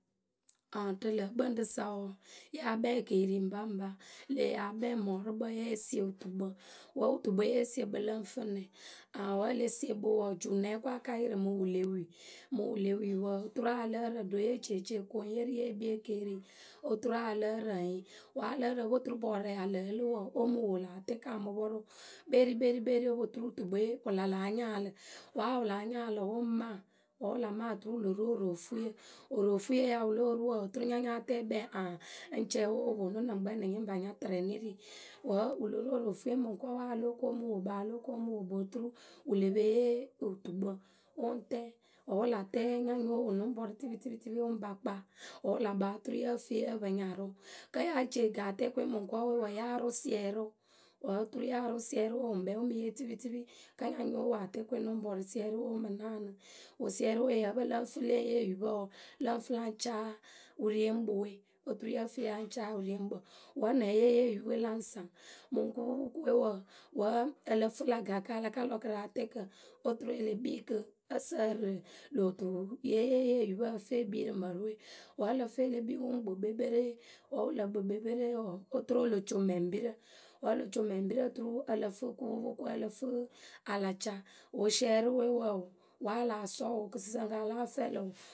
A rǝ lǝ̌ kpǝŋ rǝ sa wǝǝ yáa kpɛŋ ekeeri ŋpaŋpa. ŋle yáa kpɛŋ mɔrʊkpǝ, ye sie wutukpǝ wǝ́ wutukpǝwe yesie kpǝ lǝ ŋ fǝ nɛ? A wǝ́ le sie kpǝ wǝǝ, juunɛŋ o ko a ka yɩrɩ mǝŋ wǝ le wii, mǝŋ wǝ le wii wǝǝ oturu a lǝ́ǝ rǝŋ ɖo ye ci e ce okoŋye rǝ yeh kpii ekeeri oturu a lǝ́ǝ rǝŋ yǝ Wǝ́ a lǝ́ǝ rǝŋ o po turu bɔɔrǝ ya lǝ́ǝ lɨ wǝǝ, o mǝ wo lâ tɛɛkǝ a mǝ pɔrʊ kperikperikperi o po turu wutukpwe wǝ la láa nyaalɨ; Wǝ́ wǝ la láa nyaalɨ wǝ ŋ maa wǝ́ wǝ la maa oturu wǝ lo ru oroofuyǝ. Oroofuye ya wǝ lóo ru wǝǝ oturu nya nyáa tɛ kpɛ aŋ ŋ cɛŋwe wǝ ponu ŋnǝ ŋkpɛ ŋnǝ nyah pa nya tɨrɛ nɨ ri. Wǝ́ wǝ lo ru oroofuye mǝŋkɔɔwe a lóo ko mǝ ŋ wo kpǝ a lóo ko mǝ ŋ wo kpǝ oturu wǝ le pe yee wutukpǝ wǝ ŋ tɛ wǝ́ wǝ la tɛ nya nyóo wo nyǝ ŋ pɔrʊ tɩpɩtɩpɩtɩpɩ wǝ ŋ pa kpaa wǝá wǝ la kpaa oturu yǝ fǝ yǝ pǝ nyarʊ. Kǝ́ ye ce ŋkǝ atɛɛkǝwe mǝŋkɔɔwe wǝǝ, ya rʊ siɛrʊ wǝ́ otu ya rʊ siɛrʊ wǝ ŋkpɛ wǝ mǝ yee tɩpɩtɩpɩ. Kǝ́ nya nyo wo atɛɛkǝwe nɨ ŋ pɔrʊ siɛrʊ we wǝ mǝ naanɨ, wǝ siɛrʊ we wǝ́ yǝ́ǝ pǝ lǝ ŋ fǝ le yee oyupǝ wǝǝ lǝ ŋ fǝ la caa wurieŋkpǝwe Oturu yǝ fǝ ya caa wǝrieŋkpǝ. Wẃ nɛ wǝ́ yée yee oyupǝwe la ŋ saŋ? Mǝŋ kǝpupukǝwe wǝǝ, wǝ́ ǝ lǝ fǝ lä gakǝ a la ka lɔ kǝ rǝ atɛɛkǝ oturu e le kpi kǝ, ǝ sǝǝrɨ lö tuye e lée yee oyupǝ ǝ fǝ e kpii rǝ mǝrǝ we, wǝ́ ǝ lǝ fǝ e le kpii wǝ ŋ kpɨ kpekperee wǝ́ wq lǝ kpɨ kpekperee wǝǝ, oturu o lo co mɛŋpirǝ wǝ́ o lo co mɛŋpirǝ oturu ǝ lǝ fǝ kupupukǝ we ǝ lǝ fǝ a la ca wǝ siɛrɩwe wǝǝ o Wǝ́ a lah sɔɔ wǝ kɨsɨsǝŋkǝ a láa fɛlɩ wǝ.